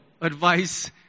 advice